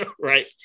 right